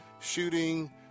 shooting